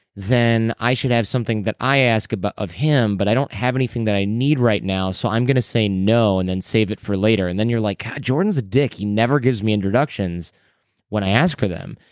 then i should have something that i ask but of him, but i don't have anything that i need right now, so i'm going to say no, and then save it for later and then you're like, god, jordan's a dick. he never gives me introductions when i ask for them.